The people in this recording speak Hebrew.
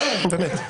נו באמת.